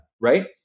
right